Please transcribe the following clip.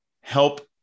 help